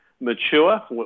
mature